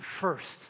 first